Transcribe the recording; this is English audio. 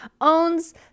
owns